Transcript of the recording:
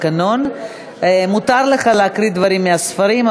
לתקנון: מותר לך להקריא דברים מהספרים,